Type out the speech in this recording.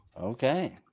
Okay